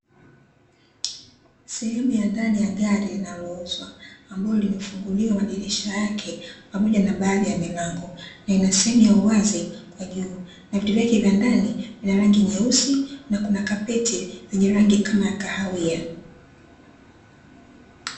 Sehemu ya ndani ya gari linalouzwa, ambalo limefunguliwa madirisha yake pamoja na baadhi ya milango, lina sehemu ya uwazi kwa juu, na vitu vyake vya ndani vina rangi nyeusi, na kuna kapeti yenye rangi kama kahawia.